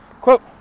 Quote